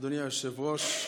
אדוני היושב-ראש,